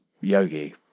yogi